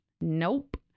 nope